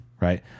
Right